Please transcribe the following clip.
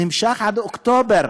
נמשך עד אוקטובר.